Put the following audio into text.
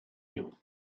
you